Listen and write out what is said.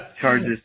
Charges